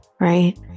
right